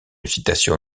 citation